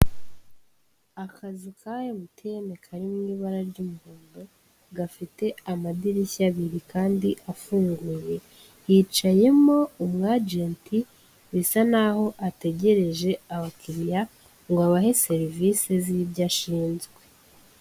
Akazu ka MTN kari mu ibara ry'umuhondo, gafite amadirishya abiri kandi afunguye, hicayemo umwajenti, bisa naho ategereje abakiriya ngo abahe serivisi z'ibyo ashinzwe.